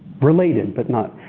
related, but not